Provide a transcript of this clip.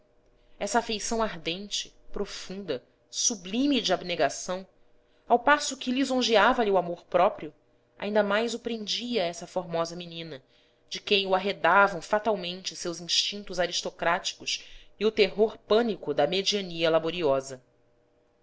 essa afeição ardente profunda sublime de abnegação ao passo que lisonjeava lhe o amor-próprio ainda mais o prendia a essa formosa menina de quem o arredavam fatalmente seus instintos aristocráticos e o terror pânico da mediania